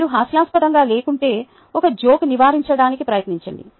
మీరు హాస్యాస్పదంగా లేకుంటే ఒక జోక్ నివారించడానికి ప్రయత్నించండి